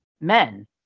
men